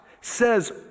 says